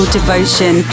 Devotion